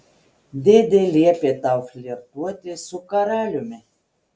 dėdė liepė tau flirtuoti su karaliumi